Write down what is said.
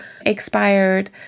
expired